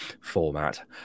format